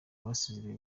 basezerewe